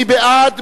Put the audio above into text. מי בעד?